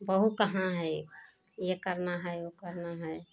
बहू कहाँ है ये करना है वह करना है